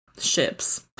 ships